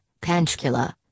Panchkula